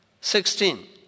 sixteen